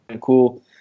cool